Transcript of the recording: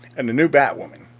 and the new batwoman.